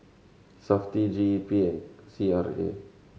Safti G E P and C R A